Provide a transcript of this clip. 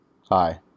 Hi